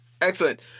Excellent